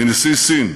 מנשיא סין,